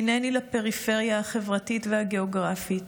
הינני לפריפריה החברתית והגאוגרפית,